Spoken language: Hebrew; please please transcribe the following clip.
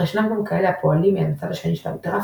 אך ישנם גם כאלו הפועלים מן הצד השני של המתרס,